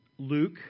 Luke